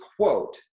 quote